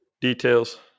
details